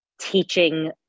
teaching